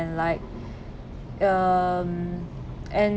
and like um and